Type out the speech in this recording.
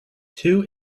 two